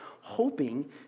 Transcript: hoping